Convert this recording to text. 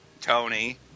Tony